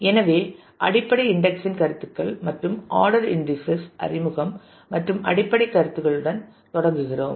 எனவே அடிப்படை இன்டெக்ஸிங் கருத்துகள் மற்றும் ஆர்டர் இன்டீஸஸ் அறிமுகம் மற்றும் அடிப்படைக் கருத்துகளுடன் தொடங்குகிறோம்